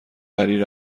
وری